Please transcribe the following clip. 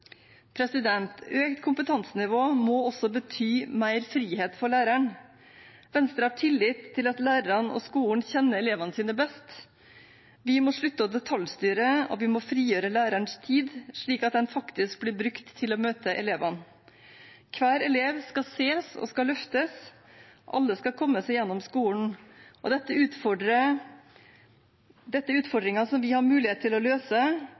Økt kompetansenivå må også bety mer frihet for læreren. Venstre har tillit til at lærerne og skolen kjenner elevene sine best. Vi må slutte å detaljstyre, og vi må frigjøre lærerens tid, slik at den faktisk blir brukt til å møte elevene. Hver elev skal ses og løftes. Alle skal komme seg gjennom skolen. Dette er utfordringer vi har mulighet til å løse